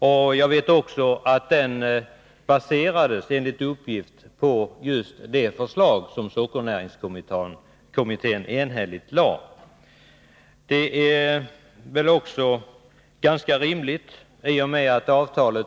Enligt uppgift baserades Om sockernäringpropositionen på just det förslag som sockernäringskommittén enhälligt ens framtid hade lagt fram.